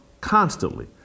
constantly